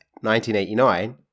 1989